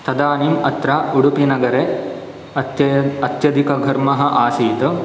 तदानीम् अत्र उडुपिनगरे अत्य् अत्यधिकघर्मः आसीत्